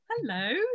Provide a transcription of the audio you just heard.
Hello